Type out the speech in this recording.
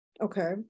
Okay